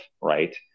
Right